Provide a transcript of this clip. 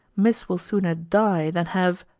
miss will sooner die, than have